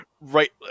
right